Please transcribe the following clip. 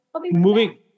moving